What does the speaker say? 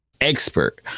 expert